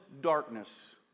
darkness